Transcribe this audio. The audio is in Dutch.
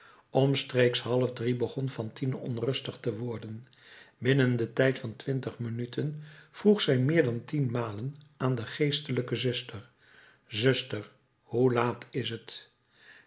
omstreeks half drie begon fantine onrustig te worden binnen den tijd van twintig minuten vroeg zij meer dan tien malen aan de geestelijke zuster zuster hoe laat is het